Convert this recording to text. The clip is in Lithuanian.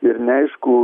ir neaišku